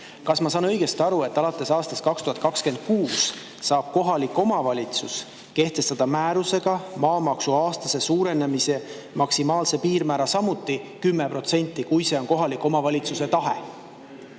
Kas ma saan õigesti aru, et alates aastast 2026 saab kohalik omavalitsus kehtestada määrusega maamaksu aastase suurenemise maksimaalse piirmäära samuti 10%, kui see on kohaliku omavalitsuse tahe?